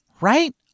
right